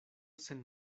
sen